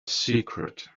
secret